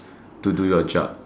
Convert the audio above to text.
to do your job